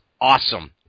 awesome